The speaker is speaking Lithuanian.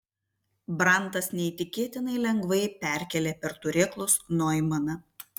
brantas neįtikėtinai lengvai perkėlė per turėklus noimaną